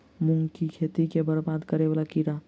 मूंग की खेती केँ बरबाद करे वला कीड़ा?